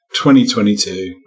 2022